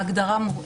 ההגדרה...